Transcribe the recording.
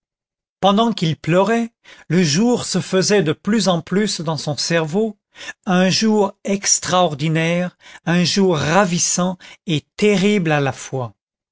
pendant qu'il pleurait le jour se faisait de plus en plus dans son cerveau un jour extraordinaire un jour ravissant et terrible à la fois